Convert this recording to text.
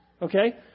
Okay